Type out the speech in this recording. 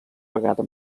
vegada